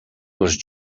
les